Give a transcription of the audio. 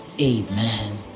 Amen